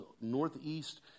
Northeast